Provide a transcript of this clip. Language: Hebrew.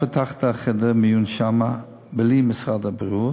אחד גדול.